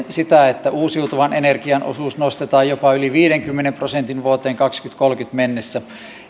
sitä että uusiutuvan energian osuus nostetaan jopa yli viidenkymmenen prosentin vuoteen kaksituhattakolmekymmentä mennessä